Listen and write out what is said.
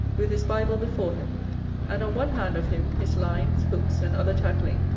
with his bible before him and on one hand of him, his lines, hooks, and other tackling,